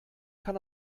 kann